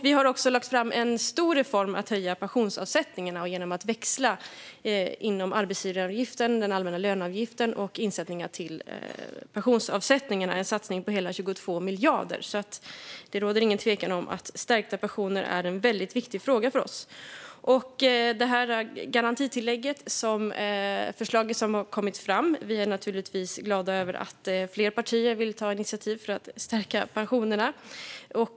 Vi har också lagt fram en stor reform för att höja pensionsavsättningarna genom att växla inom arbetsgivaravgiften, den allmänna löneavgiften och insättningar till pensionsavsättningarna. Det är en satsning på hela 22 miljarder. Det råder alltså ingen tvekan om att stärkta pensioner är en väldigt viktig fråga för oss. När det gäller förslaget som har kommit fram om garantitillägget är vi naturligtvis glada över att fler partier vill ta initiativ till att stärka pensionerna.